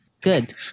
Good